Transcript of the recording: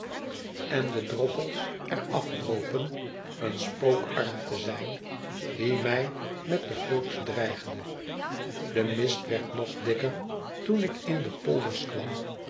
en de droppels er afdropen een spookarm te zijn die mij met de hulks dreigde de mist werd nog dikker toen ik in de polders kwam